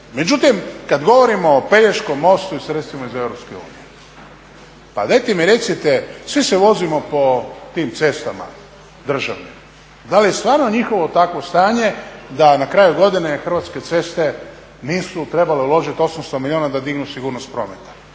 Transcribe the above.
Međutim, kad govorimo o Pelješkom mostu i sredstvima iz EU, pa dajte mi recite, svi se vozimo po tim cestama državnim, da li je stvarno njihovo takvo stanje da na kraju godine Hrvatske ceste nisu trebale uložiti 800 milijuna da dignu sigurnost prometa?